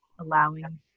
allowing